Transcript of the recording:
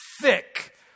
thick